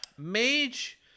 Mage